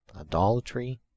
idolatry